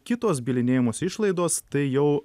kitos bylinėjimosi išlaidos tai jau